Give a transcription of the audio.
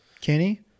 Kenny